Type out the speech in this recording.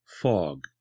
fog